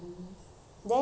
ah